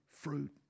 fruit